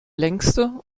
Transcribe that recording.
längste